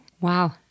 Wow